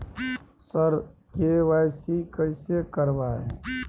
sir KYC कैसे करवाएं